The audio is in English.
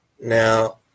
Now